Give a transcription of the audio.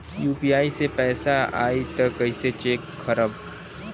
UPI से पैसा आई त कइसे चेक खरब?